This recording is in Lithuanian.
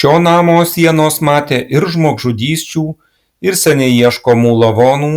šio namo sienos matė ir žmogžudysčių ir seniai ieškomų lavonų